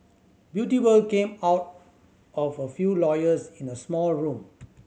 Beauty World came out of a few lawyers in a small room